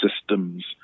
systems